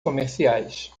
comerciais